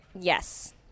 Yes